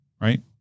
right